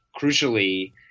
crucially